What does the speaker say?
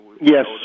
Yes